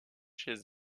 chez